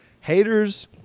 haters